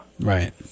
Right